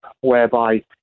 whereby